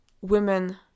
women